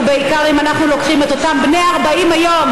ובעיקר אם אנחנו לוקחים את אותם בני 40 היום